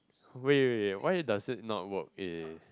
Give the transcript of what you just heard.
wait wait wait why does it not work in